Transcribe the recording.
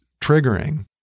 triggering